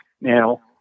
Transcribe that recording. now